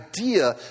idea